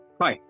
Hi